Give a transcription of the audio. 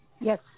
Yes